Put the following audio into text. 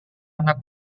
anak